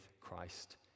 Christ